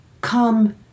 come